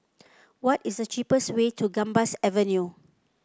what is the cheapest way to Gambas Avenue